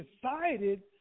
decided